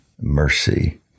mercy